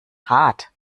rat